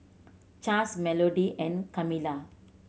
Chas Melody and Kamilah